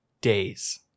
days